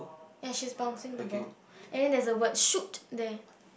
and she is bouncing the ball and then there is a word shoot there